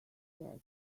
that